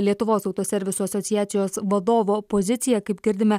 lietuvos autoservisų asociacijos vadovo poziciją kaip girdime